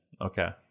Okay